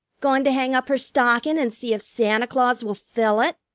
goin' to hang up her stockin' and see if santa claus will fill it?